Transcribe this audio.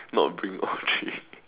not bring all three